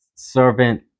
Servant